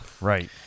right